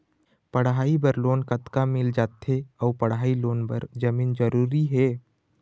पढ़ई बर लोन कतका मिल जाथे अऊ पढ़ई लोन बर जमीन जरूरी हे?